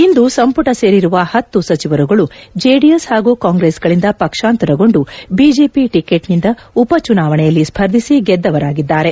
ಇಂದು ಸಂಪುಟ ಸೇರಿರುವ ಹತ್ತು ಸಚಿವರುಗಳು ಜೆಡಿಎಸ್ ಹಾಗೂ ಕಾಂಗ್ರೆಸ್ಗಳಿಂದ ಪಕ್ಷಾಂತರಗೊಂಡು ಬಿಜೆಪಿ ಟಿಕೆಟ್ನಿಂದ ಉಪಚುನಾವಣೆಯಲ್ಲಿ ಸ್ಪರ್ಧಿಸಿ ಗೆದ್ದವರಾಗಿದ್ದಾರೆ